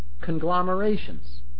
conglomerations